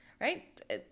Right